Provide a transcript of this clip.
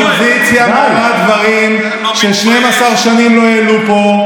האופוזיציה מעלה דברים ש-12 שנים לא העלו פה,